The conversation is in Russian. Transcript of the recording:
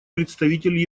представитель